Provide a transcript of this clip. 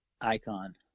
Icon